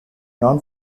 non